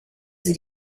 sie